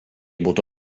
būtų